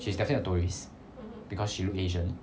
she's definitely a tourist because she look asian